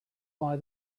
why